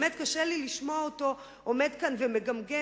באמת קשה לי לשמוע אותו עומד כאן ומגמגם